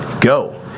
go